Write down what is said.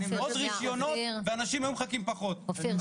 עוד רישיונות ואנשים היו מחכים פחות.